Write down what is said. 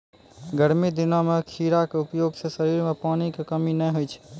गर्मी दिनों मॅ खीरा के उपयोग सॅ शरीर मॅ पानी के कमी नाय होय छै